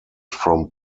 from